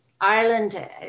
Ireland